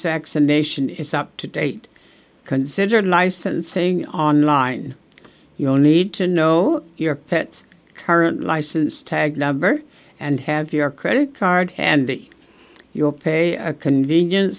vaccination is up to date considering licensing online you don't need to know your pets current license tag number and have your credit card and the you'll pay a convenience